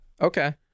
Okay